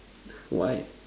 why